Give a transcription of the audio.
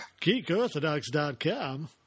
Geekorthodox.com